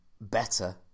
better